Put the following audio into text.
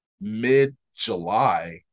mid-July